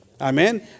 Amen